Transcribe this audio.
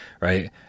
Right